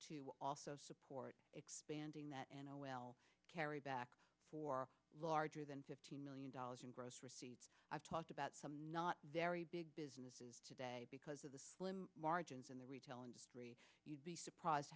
to also support expanding that and i will carry back for larger than fifteen million dollars in gross receipts i've talked about some not very big businesses today because of the slim margins in the retail industry you'd be surprised